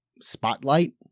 spotlight